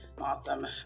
awesome